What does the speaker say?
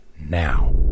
now